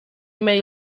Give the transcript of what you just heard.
may